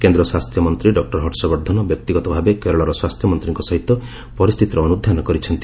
କେନ୍ଦ୍ର ସ୍ୱାସ୍ଥ୍ୟମନ୍ତ୍ରୀ ଡକ୍ଟର ହର୍ଷବର୍ଦ୍ଧନ ବ୍ରକ୍ତିଗତ ଭାବେ କେରଳର ସ୍ୱାସ୍ଥ୍ୟମନ୍ତ୍ରୀଙ୍କ ସହିତ ପରିସ୍ଥିତିର ଅନୁଧ୍ୟାନ କରିଛନ୍ତି